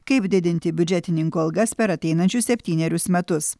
kaip didinti biudžetininkų algas per ateinančius septynerius metus